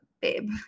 babe